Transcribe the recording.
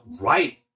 right